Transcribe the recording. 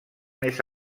més